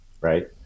right